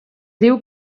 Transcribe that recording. diu